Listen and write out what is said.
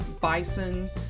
bison